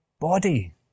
body